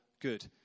good